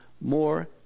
more